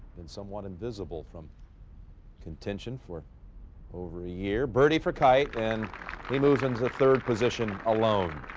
then someone invisible from contention for over a year birdie for kite. and he moves into third position alone.